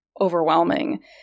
overwhelming